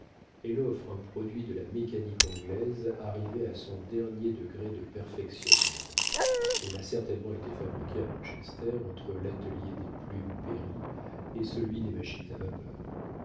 elle offre un produit de la mécanique anglaise arrivée à son dernier degré de perfectionnement elle a certainement été fabriquée à manchester entre l'atelier des plumes perry et celui des machines à vapeur